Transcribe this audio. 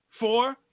Four